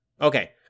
okay